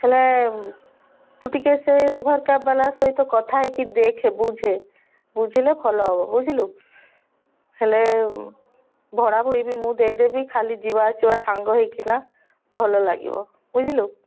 ହେଲେ ତୁ ଟିକେ ସେଇ ଉବର୍ କ୍ୟାବ୍ ବାଲା ସହିତ କଥା ହେଇକି ଦେଖେ ବୁଝେ ବୁଝିଲେ ଭଲ ହେବ ବୁଝିଲୁ ହେଲେ ଭଡ଼ାଭୁଡ଼ି ବି ମୁଁ ଦେଇଦେବି ଖାଲି ଯିବା ଆସିବା ସାଙ୍ଗ ହୋଇକିନା ଭଲ ଲାଗିବ ବୁଝିଲୁ